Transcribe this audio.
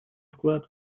вклад